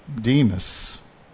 Demas